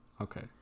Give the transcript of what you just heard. Okay